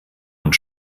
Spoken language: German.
und